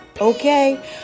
okay